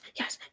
yes